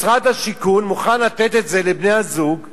משרד השיכון מוכן לתת את זה לבני-הזוג ב-100,000,